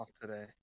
today